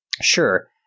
sure